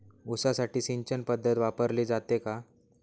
ऊसासाठी सिंचन पद्धत वापरली जाते का?